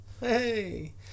hey